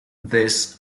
des